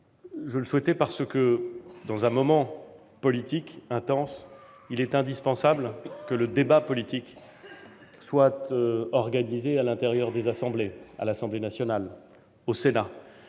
Je le souhaitais parce que, dans un moment politique intense, il est indispensable que le débat politique soit organisé à l'Assemblée nationale et au Sénat,